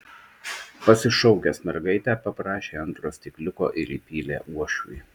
pasišaukęs mergaitę paprašė antro stikliuko ir įpylė uošviui